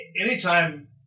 anytime